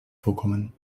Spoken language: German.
vorkommen